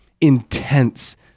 intense